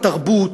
בתרבות,